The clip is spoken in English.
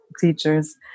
teachers